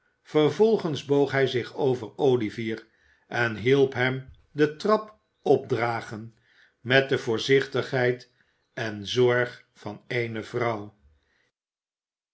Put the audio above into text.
vervolgens boog hij zich over olivier en hielp hem de trap opdragen met de voorzichtigheid en zorg van eene vrouw